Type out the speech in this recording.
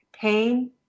pain